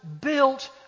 built